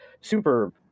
super